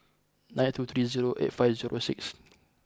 nine two three zero eight five zero six